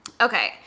okay